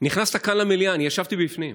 נכנסת לכאן, למליאה, אני ישבתי בפנים,